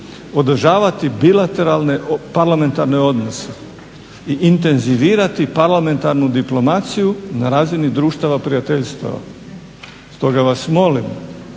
održavati bilateralne parlamentarne odnose i intenzivirati parlamentarnu diplomaciju na razini društava prijateljstava. Stoga vas molim